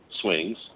swings